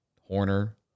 Horner